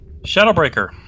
Shadowbreaker